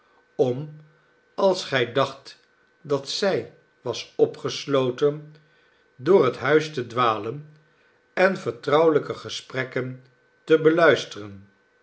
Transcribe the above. om als gij dacht dat zij was opgesloten door het huis te dwalen en vertrouwelijke gesprekken te beluisteren